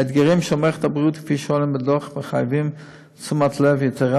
האתגרים של מערכת הבריאות כפי שהם עולים בדוח מחייבים תשומת לב יתרה,